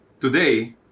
today